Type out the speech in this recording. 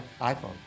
iPhone